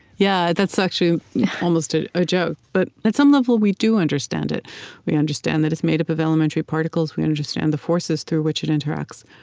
yeah, that's actually almost a ah joke. but at some level, we do understand it we understand that it's made up of elementary particles, we understand the forces through which it interacts.